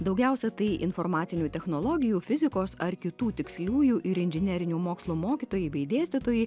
daugiausia tai informacinių technologijų fizikos ar kitų tiksliųjų ir inžinerinių mokslų mokytojai bei dėstytojai